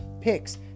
picks